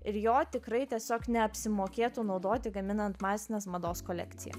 ir jo tikrai tiesiog neapsimokėtų naudoti gaminant masinės mados kolekciją